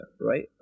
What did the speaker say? right